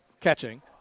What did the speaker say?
catching